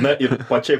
na ir pačiai